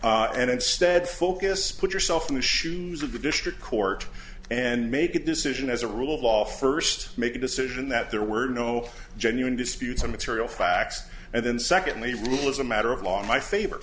it and instead focus put yourself in the shoes of the district court and make a decision as a rule of law first make a decision that there were no genuine disputes or material facts and then secondly rule is a matter of law in my favor